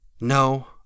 No